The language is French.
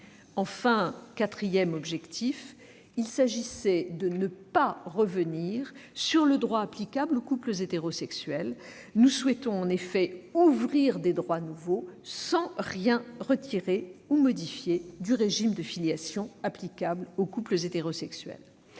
Enfin, quatrième objectif : il s'agissait de ne pas revenir sur le droit applicable aux couples hétérosexuels. Nous souhaitons en effet ouvrir des droits nouveaux sans rien retirer ou modifier du régime de filiation applicable aux couples hétérosexuels.